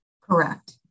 correct